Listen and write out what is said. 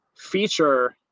feature